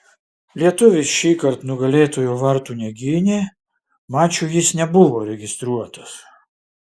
lietuvis šįkart nugalėtojų vartų negynė mačui jis nebuvo registruotas